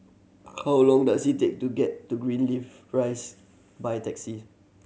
how long does it take to get to Greenleaf Rise by taxi